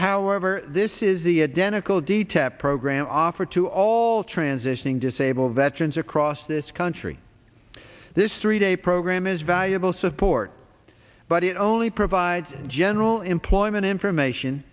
however this is the identical detest program offered to all transitioning disabled veterans across this country this three day program is valuable support but it only provides general employment information